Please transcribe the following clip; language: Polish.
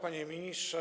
Panie Ministrze!